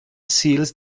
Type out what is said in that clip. seals